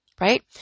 right